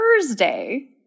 Thursday